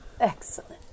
Excellent